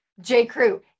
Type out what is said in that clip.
J.Crew